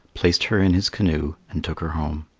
placed her in his canoe and took her home.